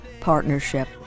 partnership